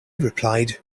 replied